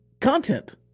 content